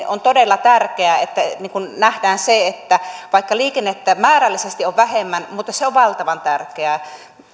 on todella tärkeää että nähdään se että vaikka liikennettä määrällisesti on vähemmän niin se on valtavan tärkeää